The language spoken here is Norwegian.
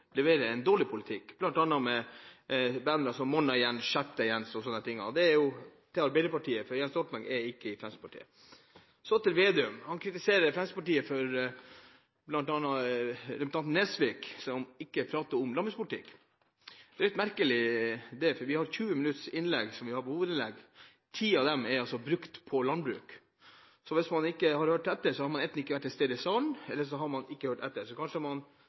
leverer en dårlig politikk. De hadde bannere med slagord som «Morn’a, Jens!» og «Skjerp deg, Jens!». Dette må jo være rettet mot Arbeiderpartiet, siden Jens Stoltenberg ikke er med i Fremskrittspartiet. Slagsvold Vedum kritiserer oss i Fremskrittspartiet, og bl.a. representanten Nesvik, for ikke å snakke om landbrukspolitikk. Det er litt merkelig, for vi har hatt 20 minutter med hovedinnlegg, og 10 minutter av dem er brukt på landbruket. Så hvis man ikke har hørt det, har man enten ikke vært til stede i salen, eller så har man ikke hørt etter. Så får man